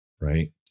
Right